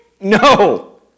no